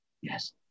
Yes